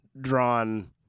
drawn